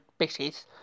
bitches